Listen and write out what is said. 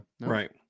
right